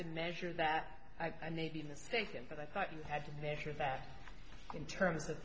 to measure that i may be mistaken but i thought you had to measure that in terms of